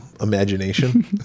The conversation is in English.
imagination